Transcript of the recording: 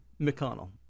McConnell